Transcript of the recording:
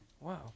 Wow